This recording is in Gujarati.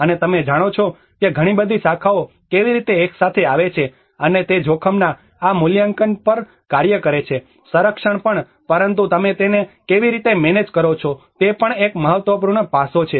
અને તમે જાણો છો કે ઘણી બધી શાખાઓ કેવી રીતે એક સાથે આવે છે અને તે જોખમના આ મૂલ્યાંકન પર પણ કાર્ય કરે છે સંરક્ષણ પણ પરંતુ તમે તેને કેવી રીતે મેનેજ કરો છો તે પણ એક મહત્વપૂર્ણ પાસો છે